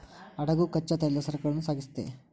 ಹಡಗು ಕಚ್ಚಾ ತೈಲದ ಸರಕುಗಳನ್ನ ಸಾಗಿಸ್ತೆತಿ